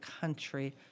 country